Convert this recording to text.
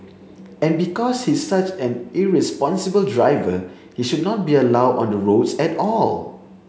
and because he's such an irresponsible driver he should not be allowed on the roads at all